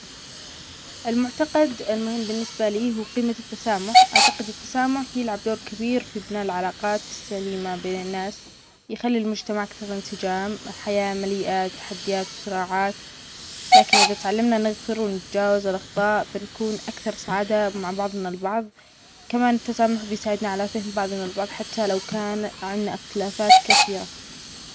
المعتقد المهم بالنسبة لى هو قيمة التسامح، أعتقد التسامح يلعب دور كبير في بناء العلاقات السليمة بين الناس، يخلى المجتمع أكثر إنسجام، الحياة مليئة تحديات وصراعات، لكن إذا تعلمنا نغفر ونتجاوز الأخطاء بنكون أكثر سعادة مع بعضنا البعض، كمان التسامح بيساعدنا على فهم بعضنا البعض حتى لو كان عندنا إختلافات كثيرة.